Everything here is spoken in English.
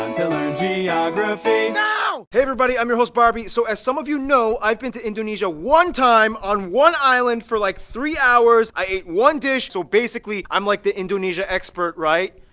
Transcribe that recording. um to learn geography now! hey everybody, i'm your host barby. so as some of you know, i've been to indonesia one time on one island for like three hours i ate one dish, so basically i'm like the indonesia expert, right?